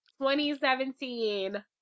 2017